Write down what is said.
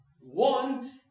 One